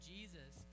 Jesus